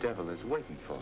devil is working for